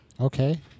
Okay